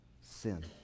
Sin